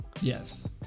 yes